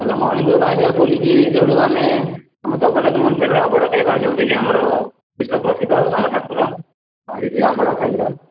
ତାହେଲେ ମର୍ଣ୍ଣିଙ୍ଗରେ ବାହାରିବା ବୁଲିକି ସେଇଠୁ ଆମେ ଜଗନ୍ନାଥ ମନ୍ଦିରରେ ଅବଢ଼ା ଖାଇବା ଯେଉଁଠି କି ଆମର ବିଶ୍ୱ ପ୍ରସିଦ୍ଧ ଆମ ଠାକୁର ଆଉ ସେଠି ଅବଢ଼ା ଖାଇବା